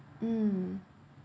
mm